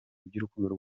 iby’urukundo